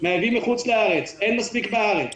מייבאים מחוץ לארץ, אין מספיק בארץ.